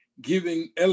giving